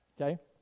Okay